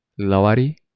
Lavari